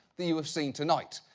that you've seen tonight.